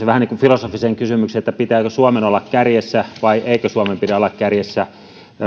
vähän niin kuin filosofinen kysymys että pitääkö suomen olla kärjessä vai eikö suomen pidä olla kärjessä